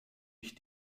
ich